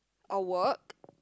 or work